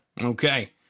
okay